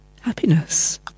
happiness